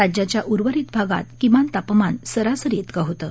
राज्याच्या उर्वरित भागात किंमान तापमान सरासरी इतकं होतं